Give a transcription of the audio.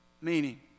Meaning